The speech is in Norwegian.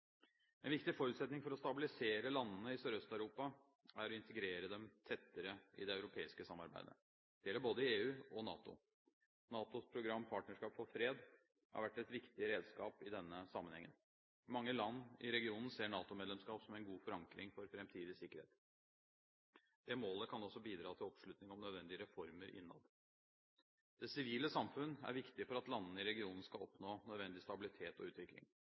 En viktig forutsetning for å stabilisere landene i Sørøst-Europa er å integrere dem tettere i det europeiske samarbeidet. Det gjelder i både EU og NATO. NATOs program Partnerskap for fred har vært et viktig redskap i denne sammenhengen. Mange land i regionen ser NATO-medlemskap som en god forankring for framtidig sikkerhet. Det målet kan også bidra til oppslutning om nødvendige reformer innad. Det sivile samfunn er viktig for at landene i regionen skal oppnå nødvendig stabilitet og utvikling.